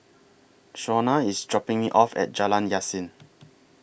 Shonna IS dropping Me off At Jalan Yasin